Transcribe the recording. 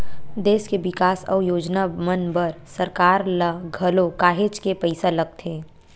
देस के बिकास अउ योजना मन बर सरकार ल घलो काहेच के पइसा लगथे